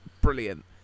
brilliant